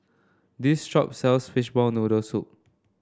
this shop sells Fishball Noodle Soup